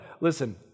Listen